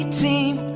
team